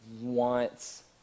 wants